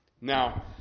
Now